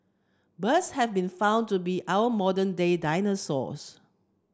birds have been found to be our modern day dinosaurs